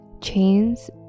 Chains